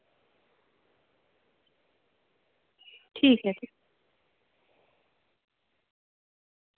ठीक ऐ भी